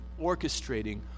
orchestrating